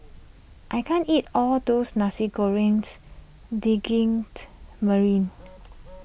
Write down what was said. I can't eat all those Nasi Goreng Daging Merah